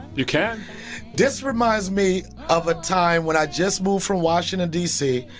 you can this reminds me of a time when i just moved from washington, d c,